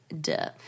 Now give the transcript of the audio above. duh